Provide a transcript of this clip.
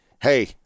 hey